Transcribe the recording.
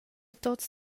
tuots